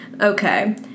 Okay